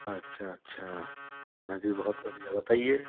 अच्छा अच्छा हाँ जी बहुत बढ़िया बताइए